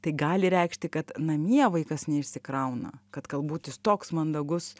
tai gali reikšti kad namie vaikas neišsikrauna kad galbūt toks mandagus